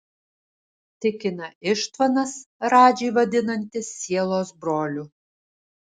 tikina ištvanas radžį vadinantis sielos broliu